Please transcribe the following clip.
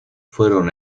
fueron